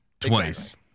twice